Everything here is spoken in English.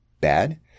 bad